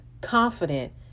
confident